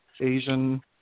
Asian